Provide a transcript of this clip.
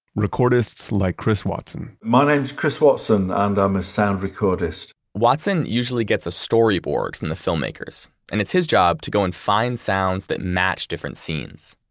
recordists like chris watson my name's chris watson, and i'm a sound recordist watson usually gets a storyboard from the filmmakers, and it's his job to go and find sounds that match different scenes.